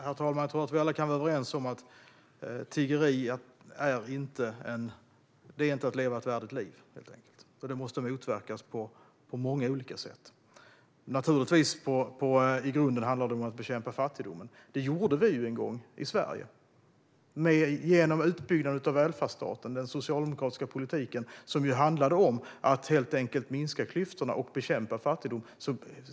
Herr talman! Jag tror att vi alla kan vara överens om att tiggeri inte är att leva ett värdigt liv. Och det måste motverkas på många olika sätt. I grunden handlar det om att bekämpa fattigdomen. Det gjorde vi i Sverige en gång, genom utbyggnaden av välfärdsstaten. Den socialdemokratiska politiken handlade om att minska klyftorna och bekämpa fattigdomen.